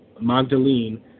Magdalene